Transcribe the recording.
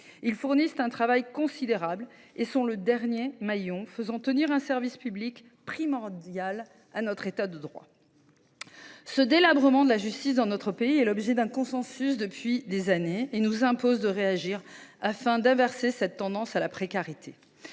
Ils fournissent un travail considérable et sont le dernier maillon faisant tenir un service public primordial à notre État de droit. Le délabrement de la justice dans notre pays fait l’objet d’un consensus depuis des années ; il nous impose de réagir, afin d’inverser cette tendance à la précarité.